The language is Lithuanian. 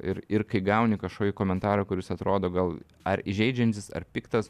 ir ir kai gauni kažkokį komentarą kuris atrodo gal ar įžeidžiantis ar piktas